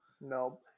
No